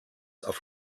auf